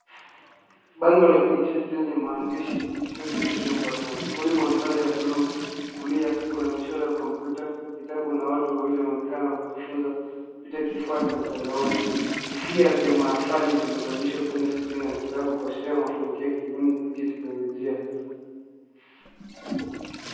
Bango la kidijitali lenye maandishi Digital Education Platform . Kwenye mandhari ya blue kulia, kuna michoro ya kompyuta, vitabu na watu wawili waonekana wakijifunza kupitia kifaa cha mtandaoni. Vufia vya mahafali vimevalishwa kwenye skrini na vitabu kuashiria mafanikio ya kielimu kupitia teknolojia.